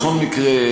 בכל מקרה,